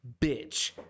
bitch